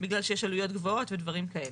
בגלל שיש עלויות גבוהות ודברים כאלה.